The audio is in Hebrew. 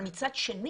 אבל מצד שני,